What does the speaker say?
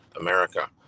america